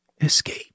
escape